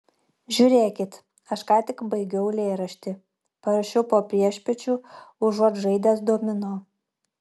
žiūrėkit aš ką tik baigiau eilėraštį parašiau po priešpiečių užuot žaidęs domino